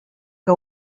que